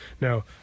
Now